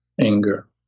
anger